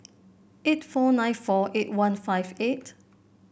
eight four nine four eight one five eight